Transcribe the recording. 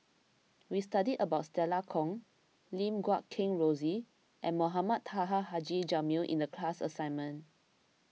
we studied about Stella Kon Lim Guat Kheng Rosie and Mohamed Taha Haji Jamil in the class assignment